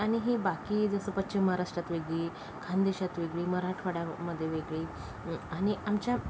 आणि ही बाकी जसं पश्चिम महाराष्ट्रात वेगळी खानदेशात वेगळी मराठवाड्यामध्ये वेगळी आणि आमच्या